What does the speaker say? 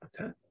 Okay